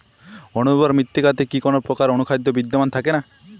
অনুর্বর মৃত্তিকাতে কি কোনো প্রকার অনুখাদ্য বিদ্যমান থাকে না?